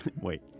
wait